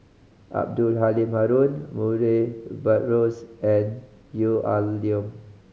Abdul Halim Haron Murray Buttrose and Gwee Ah Leng